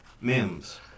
Mims